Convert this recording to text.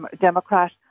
Democrat